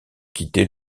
quitter